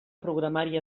programari